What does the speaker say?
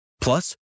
Plus